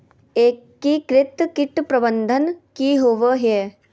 एकीकृत कीट प्रबंधन की होवय हैय?